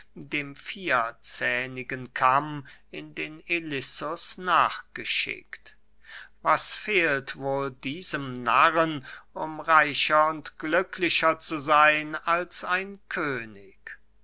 dem vierzähnigen kamm in den ilissus nachgeschickt was fehlt wohl diesem narren um reicher und glücklicher zu seyn als ein könig